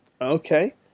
Okay